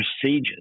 procedures